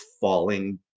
falling